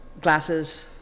glasses